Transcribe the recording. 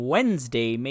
Wednesday